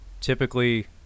typically